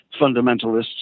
fundamentalists